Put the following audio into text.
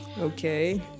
Okay